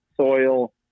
soil